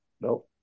No